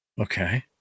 Okay